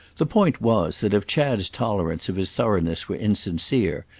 the point was that if chad's tolerance of his thoroughness were insincere,